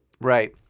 Right